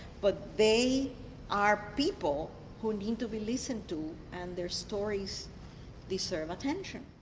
but they are people who need to be listened to and their stories deserve attention.